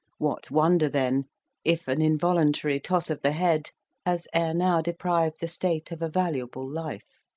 what wonder then if an involuntary toss of the head has ere now deprived the state of a valuable life!